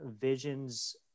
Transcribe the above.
visions